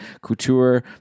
couture